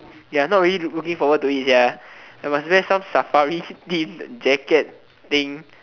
ya not really look~ looking forward to it sia I must wear some safari theme jacket thing